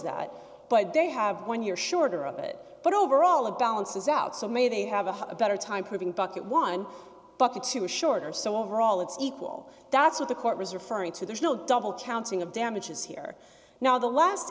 that but they have one year shorter of it but overall a balances out so may they have a better time proving bucket one bucket two is shorter so overall it's equal that's what the court was referring to there is no double counting of damages here now the last